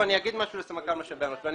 אני אומר משהו לסמנכ"ל משאבי אנוש ואני